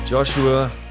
Joshua